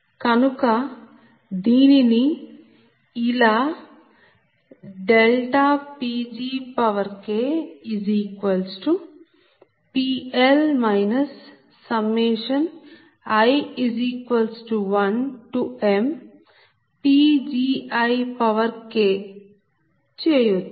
కనుక దీనిని ఇలా PgKPL i1mPgiK చేయొచ్చు